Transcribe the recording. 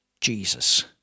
Jesus